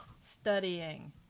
studying